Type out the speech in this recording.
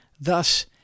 Thus